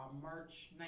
march